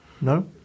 No